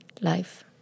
life